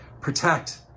protect